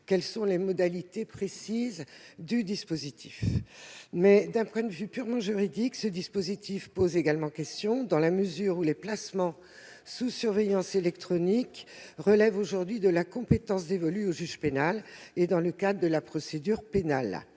pas les modalités précises. D'un point de vue purement juridique, le dispositif pose également question. Les placements sous surveillance électronique relèvent aujourd'hui de la compétence dévolue au juge pénal, dans le cadre de la procédure pénale.